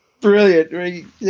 brilliant